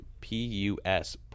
P-U-S